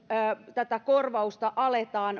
tätä korvausta aletaan